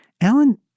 Alan